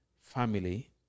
family